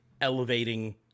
elevating